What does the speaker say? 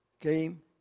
came